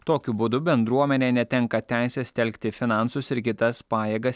tokiu būdu bendruomenė netenka teisės telkti finansus ir kitas pajėgas